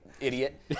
idiot